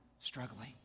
struggling